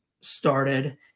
started